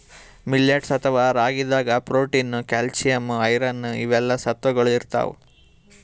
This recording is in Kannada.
ಮಿಲ್ಲೆಟ್ಸ್ ಅಥವಾ ರಾಗಿದಾಗ್ ಪ್ರೊಟೀನ್, ಕ್ಯಾಲ್ಸಿಯಂ, ಐರನ್ ಇವೆಲ್ಲಾ ಸತ್ವಗೊಳ್ ಇರ್ತವ್